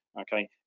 Okay